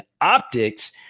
optics